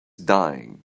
dying